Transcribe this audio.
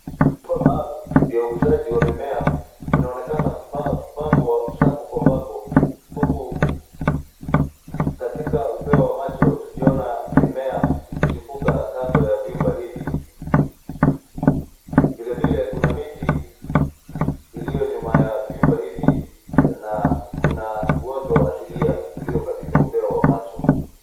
Vyumba maalum vya ukuzaji wa mimea vimeonakeana kupangwa sako kwa bako huku katika upeo wa macho tukiona mimea ikichipuka kando ya vyumba hivi. Vile vile kuna miti iliyo nyuma ya vyumba hivi na kuna uoto asilia ulio katika upeo wa macho.